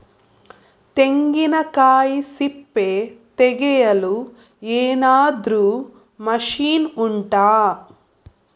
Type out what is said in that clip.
ತೆಂಗಿನಕಾಯಿ ಸಿಪ್ಪೆ ತೆಗೆಯಲು ಏನಾದ್ರೂ ಮಷೀನ್ ಉಂಟಾ